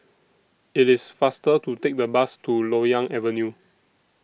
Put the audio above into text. IT IS faster to Take The Bus to Loyang Avenue